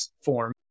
Form